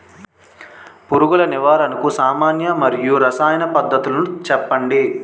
పురుగుల నివారణకు సామాన్య మరియు రసాయన పద్దతులను చెప్పండి?